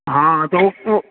हँ तऽ ओ ओ